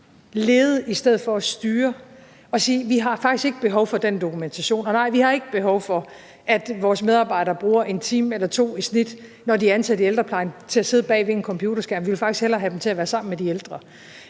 lede i stedet for at styre og sige, at vi faktisk ikke har behov for den dokumentation, og nej, vi har ikke behov for, at vores medarbejdere bruger 1 time eller 2 i snit, når de er ansat i ældreplejen, til at sidde bag ved en computerskærm. Vi vil faktisk hellere have dem til at være sammen med de ældre.